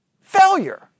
Failure